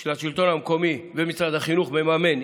של השלטון המקומי שמשרד החינוך מממן,